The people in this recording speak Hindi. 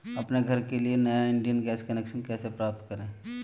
अपने घर के लिए नया इंडियन गैस कनेक्शन कैसे प्राप्त करें?